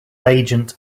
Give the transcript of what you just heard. agent